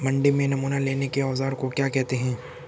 मंडी में नमूना लेने के औज़ार को क्या कहते हैं?